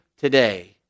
today